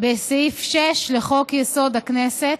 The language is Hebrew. בסעיף 6 לחוק-יסוד: הכנסת,